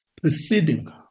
preceding